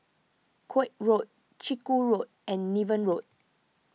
Koek Road Chiku Road and Niven Road